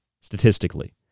statistically